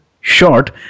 short